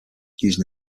using